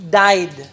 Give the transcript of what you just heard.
died